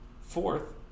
fourth